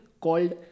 called